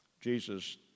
Jesus